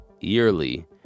yearly